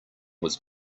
was